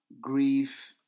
grief